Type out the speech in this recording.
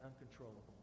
uncontrollable